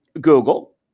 Google